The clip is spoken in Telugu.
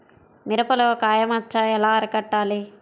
మిరపలో కాయ మచ్చ ఎలా అరికట్టాలి?